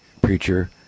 preacher